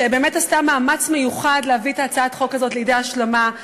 שבאמת עשתה מאמץ מיוחד להביא את הצעת החוק הזאת לידי השלמה,